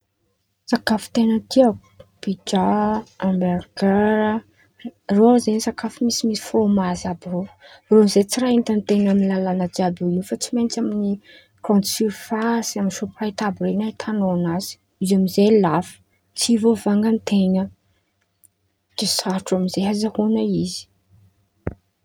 Sakafo ten̈a ten̈a tiako pija, ambergera, reo zen̈y sakafo misimisy fôrmazy àby irô. Irô amizay tsy raha hitaten̈a amy lalan̈a jiàby eo in̈y fa tsy maintsy amy grandy sirfasy, amy sôpraity àby ren̈y ahitan̈ao anazy, izy amizay lafo tsy vôvanga ten̈a, de sarotro amizay azahoan̈a izy!